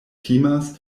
timas